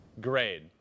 grade